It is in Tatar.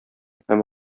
һәм